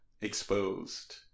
exposed